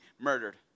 murdered